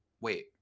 wait